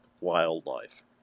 wildlife